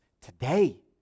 today